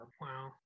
wow